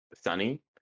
Sunny